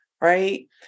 right